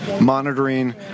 monitoring